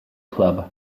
club